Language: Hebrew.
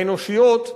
האנושיות,